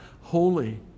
holy